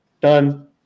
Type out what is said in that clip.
done